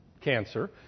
cancer